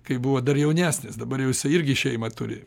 kai buvo dar jaunesnis dabar jau jisai irgi šeimą turi